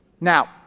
Now